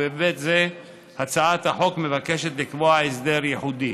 ובהיבט זה הצעת החוק מבקשת לקבוע הסדר ייחודי.